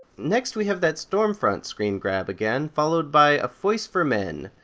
next we have that stormfront screengrab again, followed by a voice for men,